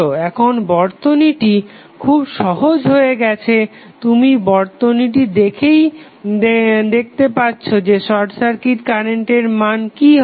এখন এই বর্তনীটি খুব সহজ হয়ে গেছে তুমি বর্তিনীটি থেকেই দেখাতে পাচ্ছো যে শর্ট সার্কিট কারেন্টের মান কি হবে